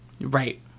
Right